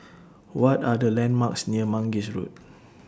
What Are The landmarks near Mangis Road